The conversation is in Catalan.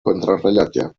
contrarellotge